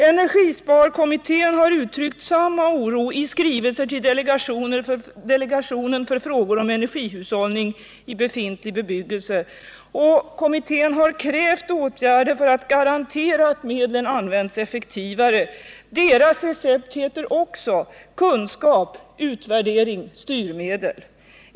Energisparkommittén har uttryckt samma oro i skrivelser till delegationen för frågor om energihushållning i befintlig bebyggelse, och kommittén har krävt åtgärder för att garantera att medlen används effektivare. Deras recept heter också kunskap, utvärdering och styrmedel.